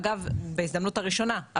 אגב בהזדמנות הראשונה,